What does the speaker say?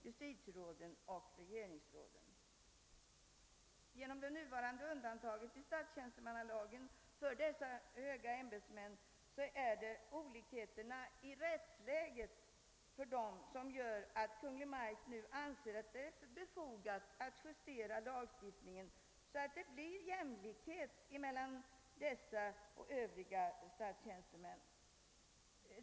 Justitieoch regeringsråden är undantagna i den nuvarande statstjänstemannalagen, och det är denna olikhet i deras rättsställning som gör att Kungl. Maj:t anser det befogat att justera lagstiftningen så att det blir likhet mellan dessa och övriga statstjänstemän.